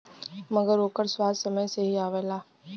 मगर ओकर स्वाद समय से ही आवला